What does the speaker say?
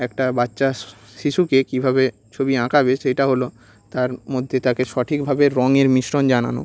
একটা বাচ্চা শিশুকে কীভাবে ছবি আঁকাবে সেটা হলো তার মধ্যে তাকে সঠিকভাবে রঙের মিশ্রণ জানানো